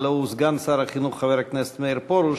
הלוא הוא סגן שר החינוך חבר הכנסת מאיר פרוש,